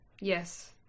yes